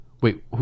wait